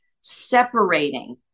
separating